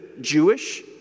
Jewish